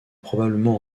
probablement